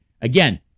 Again